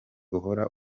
uhora